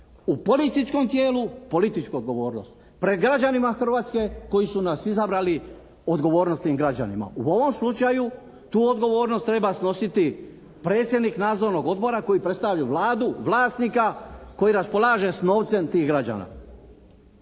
u političkom tijelu političku odgovornost. Pred građanima Hrvatske koji su nas izabrali odgovornost tim građanima. U ovom slučaju tu odgovornost treba snositi predsjednik Nadzornog odbora koji predstavlja Vladu, vlasnika, koji raspolaže sa novcem tih građana.